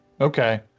Okay